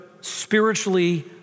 spiritually